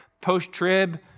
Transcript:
post-trib